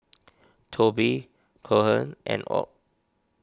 Toby Cohen and Ott